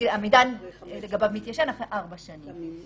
המידע לגביו מתיישן אחרי 4 שנים.